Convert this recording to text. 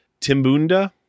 Timbunda